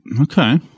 Okay